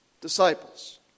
disciples